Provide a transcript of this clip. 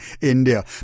India